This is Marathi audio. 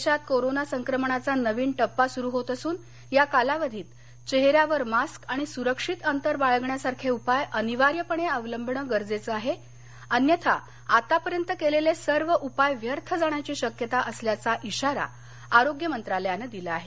देशात कोरोना संक्रमणाचा नवीन टप्पा सुरु होत असून या कालावधीत चेहऱ्यावर मास्क आणि सुरक्षित अंतर बाळगण्यासारखे उपाय अनिवार्यपणे अवलंबण गरजेचं आहे अन्यथा आतापर्यंत केलेले सर्व उपाय व्यर्थ जाण्याची शक्यता असल्याचा इशारा आरोग्य मंत्रालायानं दिला आहे